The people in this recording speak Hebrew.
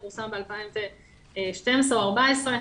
הוא פורסם ב-2012 או 2014,